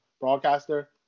broadcaster